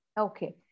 Okay